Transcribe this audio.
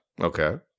Okay